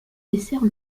dessert